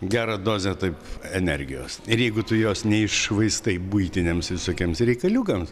gerą dozę taip energijos ir jeigu tu jos neiššvaistai buitiniams visokiems reikaliukams